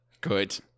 Good